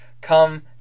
come